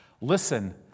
listen